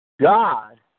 God